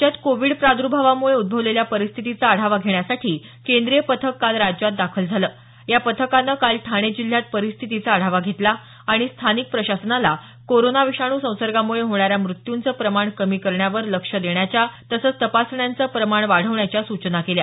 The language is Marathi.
राज्यात कोविड प्रादुर्भावामुळे उद्दवलेल्या परिस्थितीचा आढावा घेण्यासाठी केंद्रीय पथक काल राज्यात दाखल झालं या पथकानं काल ठाणे जिल्ह्यात परिस्थितीचा आढावा घेतला आणि स्थानिक प्रशासनाला कोरोना विषाणू संसर्गामुळे होणाऱ्या मृत्यूंचं प्रमाण कमी करण्यावर लक्ष देण्याच्या तसंच तपासण्यांचं प्रमाण वाढवण्याच्या सूचना केल्या